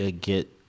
get